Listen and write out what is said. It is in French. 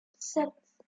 sept